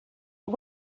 but